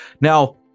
now